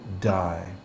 die